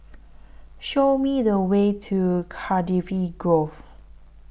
Show Me The Way to Cardifi Grove